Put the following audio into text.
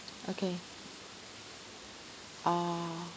okay orh